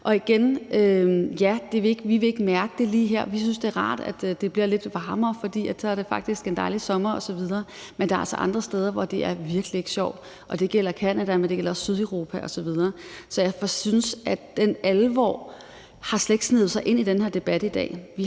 jeg sige, at ja, vi vil ikke mærke det her, vi synes, det er rart, at det bliver lidt varmere, for så er det faktisk en dejlig sommer osv. Men der er altså andre steder, hvor det virkelig ikke er sjovt. Det gælder Canada, det gælder Sydeuropa, osv. Så jeg synes, at den alvor slet ikke har sneget sig ind i den her debat i dag.